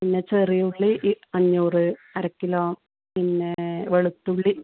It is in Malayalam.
പിന്നെ ചെറിയുള്ളി അഞ്ഞൂറ് അര ക്കിലോ പിന്നെ വെളുത്തുള്ളി